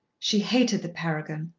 she hated the paragon,